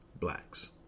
Blacks